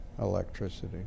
electricity